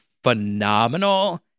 Phenomenal